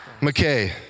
McKay